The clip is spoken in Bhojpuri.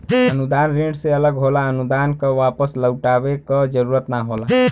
अनुदान ऋण से अलग होला अनुदान क वापस लउटाये क जरुरत ना होला